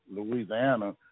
Louisiana